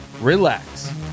relax